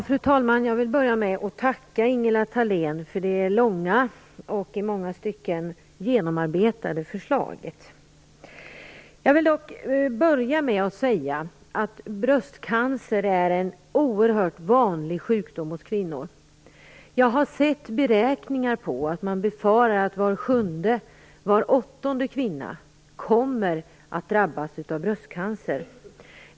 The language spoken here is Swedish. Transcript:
Fru talman! Jag vill börja med att tacka Ingela Thalén för det långa och i många stycken genomarbetade svaret. Bröstcancer är en oerhört vanlig sjukdom hos kvinnor. Jag har sett beräkningar på att man befarar att var sjunde eller var åttonde kvinna kommer att drabbas av bröstcancer.